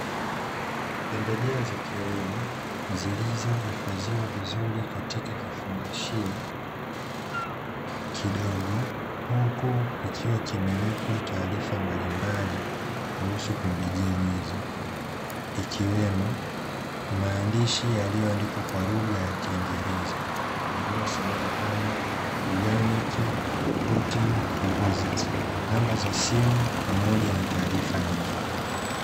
Pembejeo za kilimo Zilizohifadhiwe vizuri katika kifungashio kidogo huku kikiwa kimewekwa taarifa mbalimbali kuhusu pembejeo hizo, ikiwemo maandishi yaliyoandikwa kwa lugha ya kiingereza yanayosomeka kama rganic potting compost numba za simu pamoja na taarifa nyingine.